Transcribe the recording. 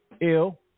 ill